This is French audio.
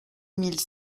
mille